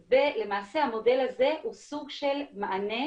ולמעשה המודל הזה הוא סוג של מענה,